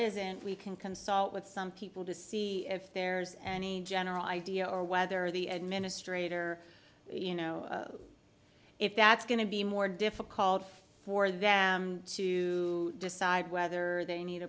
isn't we can consult with some people to see if there's any general idea or whether the administrator you know if that's going to be more difficult for them to decide whether they need